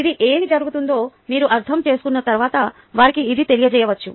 ఇది ఏమి జరుగుతుందో మీరు అర్థం చేసుకున్న తర్వాత వారికి ఇది తెలియజేయవచ్చు